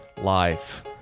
life